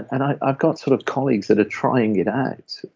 and i've ah got sort of colleagues that are trying it out,